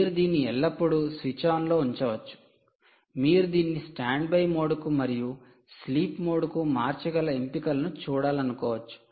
మీరు దీన్ని ఎల్లప్పుడూ స్విచ్ ఆన్ లో ఉంచవచ్చు మీరు దీన్ని స్టాండ్బై మోడ్కు మరియు స్లీప్ మోడ్కు మార్చగల ఎంపికలను చూడాలనుకోవచ్చు